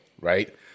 right